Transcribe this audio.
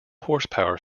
horsepower